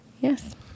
Yes